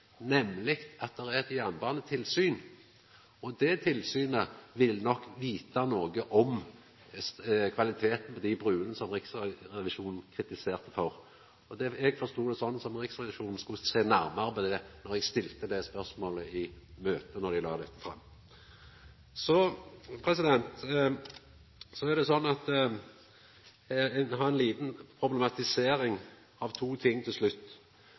nemleg at det er eit jernbanetilsyn. Det tilsynet ville nok vita noko om kvaliteten på dei bruene som Riksrevisjonen kritiserte for. Eg forstod det slik at Riksrevisjonen skulle sjå nærare på det då eg stilte det spørsmålet i møtet der dei la dette fram. Så har eg ei lita problematisering av to ting til slutt. Det eine er sjølvsagt dette med skatt. Riksrevisjonen har